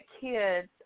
kids